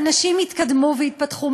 נגד זה שהאנשים יתקדמו ויתפתחו?